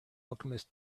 alchemist